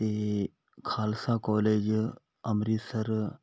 ਅਤੇ ਖਾਲਸਾ ਕੋਲਜ ਅੰਮ੍ਰਿਤਸਰ